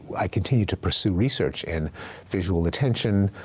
i continued to pursue research in visual attention,